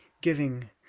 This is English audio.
giving